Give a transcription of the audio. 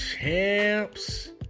champs